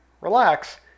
relax